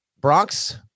Bronx